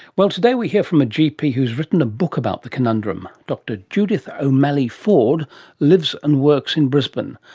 well, today we hear from a gp who's written a book about the conundrum. dr judith o'malley-ford lives and works in brisbane.